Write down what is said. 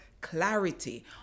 Clarity